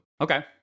Okay